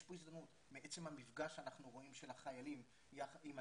יש פה הזדמנות מעצם המפגש שאנחנו רואים של החיילים יחד עם האזרחים,